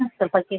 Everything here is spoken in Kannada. ಹಾಂ ಸ್ವಲ್ಪ ಕೆ